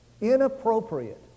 Inappropriate